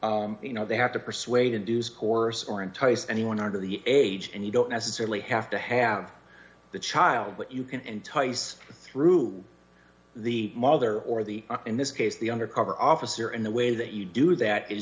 have you know they have to persuade and do scores or entice anyone under the age and you don't necessarily have to have the child but you can entice through the mother or the in this case the undercover officer and the way that you do that